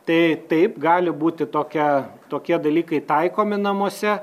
tai taip gali būti tokia tokie dalykai taikomi namuose